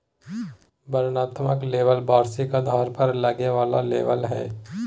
वर्णनात्मक लेबल वार्षिक आधार पर लगे वाला लेबल हइ